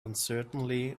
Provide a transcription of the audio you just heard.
uncertainly